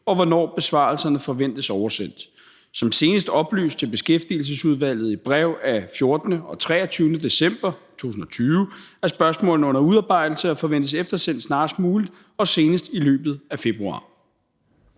og hvornår besvarelserne forventes oversendt. Som senest oplyst til Beskæftigelsesudvalget i brev af 14. og 23. december 2020 er spørgsmålene under udarbejdelse og forventes eftersendt snarest muligt og senest i løbet af februar.